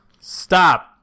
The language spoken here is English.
Stop